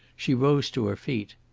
she rose to her feet.